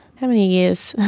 how many years?